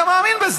אתה אומר: